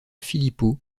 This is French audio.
filippo